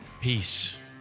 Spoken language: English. peace